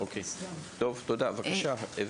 אוקי, טוב, תודה, בבקשה.